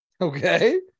Okay